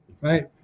right